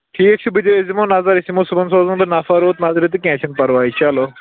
ٹھیٖک چھُ بہٕ تہِ أسۍ دِمو نظر أسۍ یِمو صُبحَن سوزون بہٕ نَفر اوٚت نظرِ تہٕ کیٚنہہ چھِنہٕ پَرواے چلو